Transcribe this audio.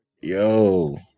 yo